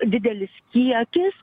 didelis kiekis